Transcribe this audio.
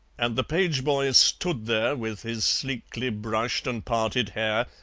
and the page-boy stood there, with his sleekly brushed and parted hair,